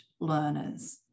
learners